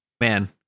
man